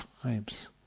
times